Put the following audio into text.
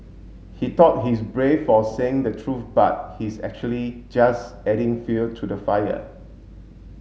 he thought he's brave for saying the truth but he's actually just adding fuel to the fire